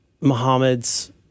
Muhammad's